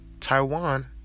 Taiwan